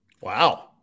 Wow